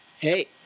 hey